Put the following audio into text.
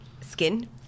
skin